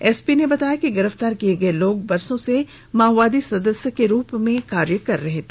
SP ने बताया कि गिरफ्तार किए गए लोग बरसों से माओवादी सदस्य के रूप में कार्य कर रहे हैं